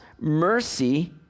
mercy